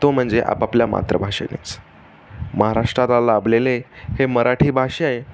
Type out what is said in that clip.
तो म्हणजे आपापल्या मातृभाषेनेच महाराष्ट्राला लाभलेले हे मराठी भाषे